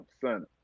son